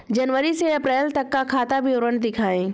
जनवरी से अप्रैल तक का खाता विवरण दिखाए?